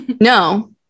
No